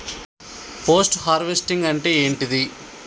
Post harvesting అంటే ఏంటిది?